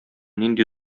нинди